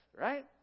right